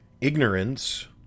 ignorance